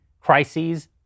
crises